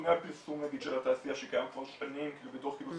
נתוני הפרסום של התעשייה שקיים כבר שנים כי הוא בתוך סל